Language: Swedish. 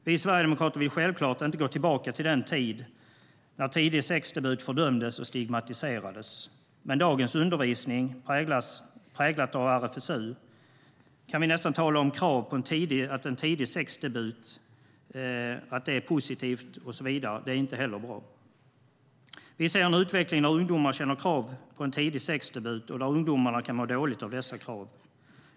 Vi sverigedemokrater vill självklart inte gå tillbaka till den tid när tidig sexdebut fördömdes och stigmatiserades, men dagens undervisning präglad av RFSU, där vi nästan kan tala om krav på tidig sexdebut och att det skulle vara positivt, är inte heller bra. Vi ser en utveckling där ungdomar känner krav på tidig sexdebut och där ungdomarna kan må dåligt av dessa krav.